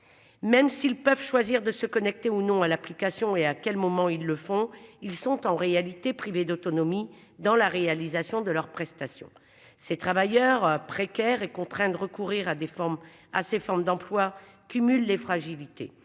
Même s'ils peuvent choisir de se connecter ou non à l'application et à quel moment ils le font, ils sont en réalité privées d'autonomie dans la réalisation de leurs prestations. Ces travailleurs précaires et contraint de recourir à des formes à ces formes d'emploi cumulent les fragilités